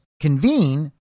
convene